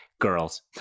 Girls